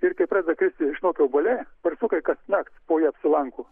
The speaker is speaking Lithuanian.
ir kai pradeda kristi išnokę obuoliai barsukai kasnakt po ja apsilanko